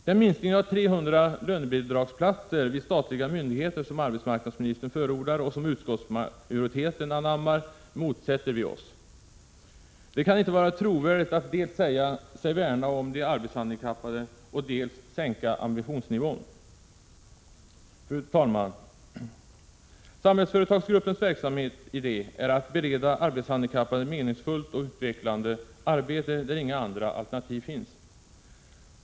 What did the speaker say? Den minskning med 300 lönebidragsplatser vid statliga myndigheter som arbetsmarknadsministern förordar och som utskottsmajoriteten anammar motsätter vi oss. Det kan inte vara trovärdigt att dels säga sig värna om de arbetshandikappade, dels sänka ambitionsnivån. Fru talman! Samhällsföretagsgruppens verksamhetsidé är att bereda arbetshandikappade meningsfullt och utvecklande arbete där inga andra alternativ finns.